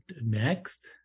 next